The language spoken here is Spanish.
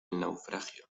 naufragio